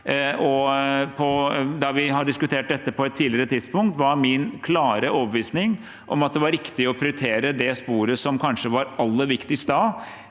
Da vi diskuterte dette på et tidligere tidspunkt, var min klare overbevisning at det var riktig å prioritere det sporet som kanskje var